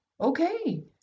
Okay